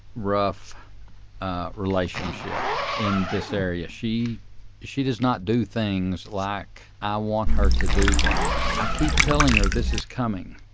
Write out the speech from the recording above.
rough relationship in this area. she she does not do things like i want her to do them. i keep telling her this is coming.